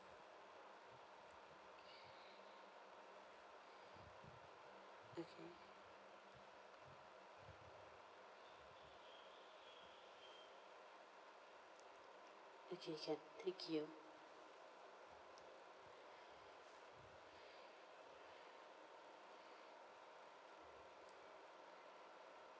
mmhmm okay can thank you